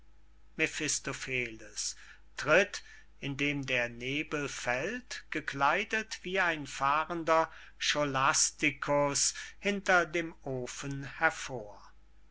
mephistopheles tritt indem der nebel fällt gekleidet wie ein fahrender scholastikus hinter dem ofen hervor